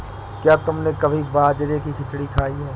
क्या तुमने कभी बाजरे की खिचड़ी खाई है?